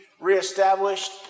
reestablished